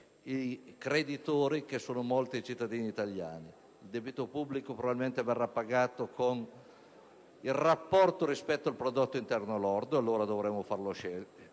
i creditori che sono molti cittadini italiani. Il debito pubblico probabilmente verrà pagato con il rapporto rispetto al prodotto interno lordo (e allora, dovremo farlo salire)